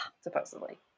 Supposedly